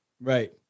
right